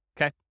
okay